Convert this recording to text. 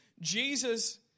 Jesus